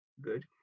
good